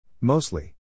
Mostly